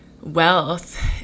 wealth